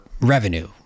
revenue